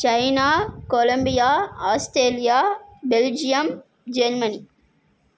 China Columbia Australia Belgium Germany